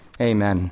Amen